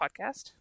podcast